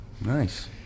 Nice